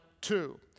two